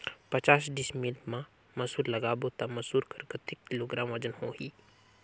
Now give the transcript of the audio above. पचास डिसमिल मा मसुर लगाबो ता मसुर कर कतेक किलोग्राम वजन होही?